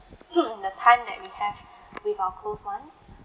the time that we have with our close ones